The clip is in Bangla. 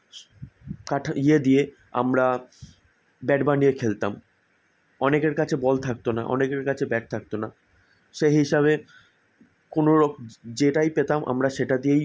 কাঠের ইয়ে দিয়ে আমরা ব্যাট বানিয়ে খেলতাম অনেকের কাছে বল থাকতো না অনেকের কাছে ব্যাট থাকতো না সেই হিসাবে কোনো রকম যেটাই পেতাম আমরা সেটা দিয়েই